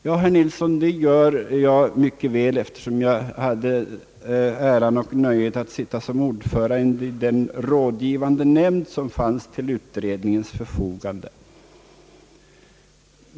Ja, herr Nilsson, det gör jag mycket väl, eftersom jag hade äran och nöjet att sitta som ordförande i den rådgivande nämnd som stod till utred ningens förfogande.